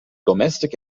domestic